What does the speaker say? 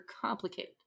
complicated